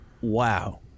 wow